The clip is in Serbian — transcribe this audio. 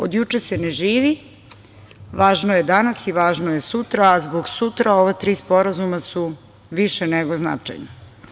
Od juče se ne živi, važno je danas i važno je sutra, a zbog sutra ova tri sporazuma su više nego značajna.